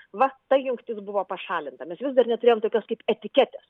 va ta jungtis buvo pašalinta mes vis dar neturėjom tokios kaip etiketės